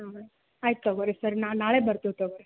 ಹೌದಾ ಆಯ್ತು ತಗೊಳ್ರಿ ಸರ್ ನಾವು ನಾಳೆ ಬರ್ತೀವಿ ತಗೊಳ್ರಿ